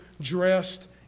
dressed